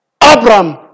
Abram